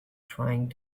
trying